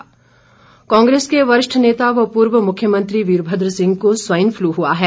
वीरभद्र कांग्रेस के वरिष्ठ नेता व पूर्व मुख्यमंत्री वीरभद्र सिंह को स्वाइन फ्लू हुआ है